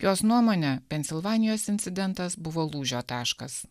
jos nuomone pensilvanijos incidentas buvo lūžio taškas